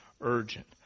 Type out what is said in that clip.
urgent